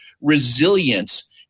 resilience